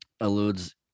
alludes